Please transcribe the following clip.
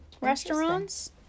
restaurants